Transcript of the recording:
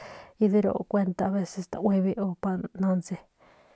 Y de ru kuenta aveces tauibe uye nauntse.